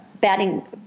batting